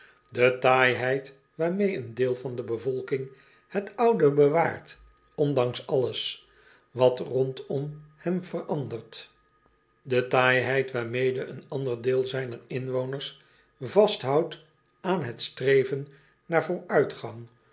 de taaiheid waarmeê een deel van de bevolking het oude bewaart ondanks alles wat rondom hen verandert de taaiheid waarmede een ander deel zijner inwoners vasthoudt aan het streven naar vooruitgang